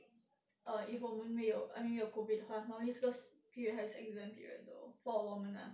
err if 我们没有 I mean 没有 COVID 的话 normally 这个 period 还是 exam period though for 我们 ah